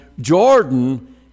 Jordan